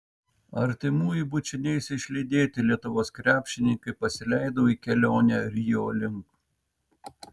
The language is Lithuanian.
artimųjų bučiniais išlydėti lietuvos krepšininkai pasileido į kelionę rio link